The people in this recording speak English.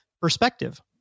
perspective